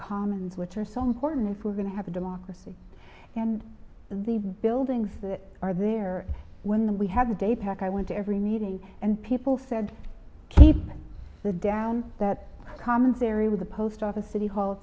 common which are so important if we're going to have a democracy and the buildings that are there when the we had a pack i went to every meeting and people said keep the down that commentary with the post office city hall